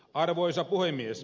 arvoisa puhemies